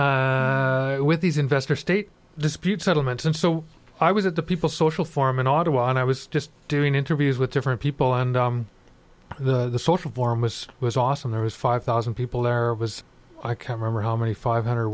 on with these investor state dispute settlements and so i was at the people social form an auto and i was just doing interviews with different people and the social forum was was awesome there was five thousand people there was i can't remember how many five hundred